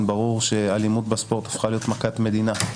ברור שאלימות בספורט הפכה להיות מכת מדינה,